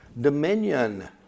dominion